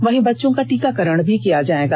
वहीं बच्चों का टीकाकरण भी किया जाएगा